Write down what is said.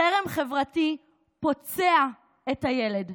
חרם חברתי פוצע את הילד.